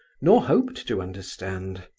nor hoped to understand.